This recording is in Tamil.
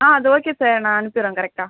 ஆ அது ஓகே சார் நான் அனுப்பிடுறேன் கரெக்ட்டாக